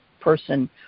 person